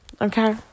Okay